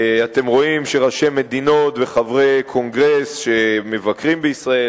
אתם רואים שראשי מדינות וחברי קונגרס שמבקרים בישראל,